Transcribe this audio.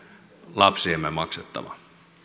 lapsiemme maksettava